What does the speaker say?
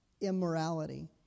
Immorality